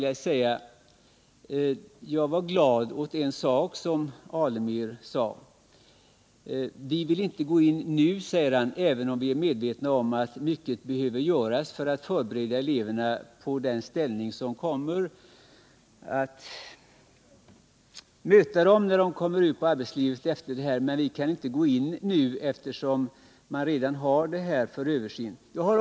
Jag var glad åt en sak som han sade. Vi vill inte gå in nu, framhöll han, även om vi vet att mycket behöver göras för att förbereda eleverna för vad som kommer att möta dem ute på arbetsmarknaden. Frågan är ju redan föremål för översyn.